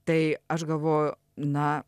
tai aš galvoju na